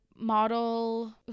model